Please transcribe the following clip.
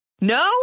No